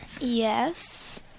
Yes